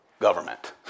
government